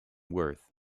wirth